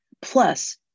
Plus